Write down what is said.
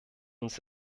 uns